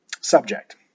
subject